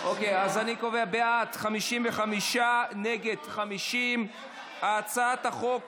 אוקיי, אז אני קובע: בעד, 55, נגד, 50. הצעת החוק